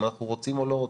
אם אנחנו רוצים או לא רוצים,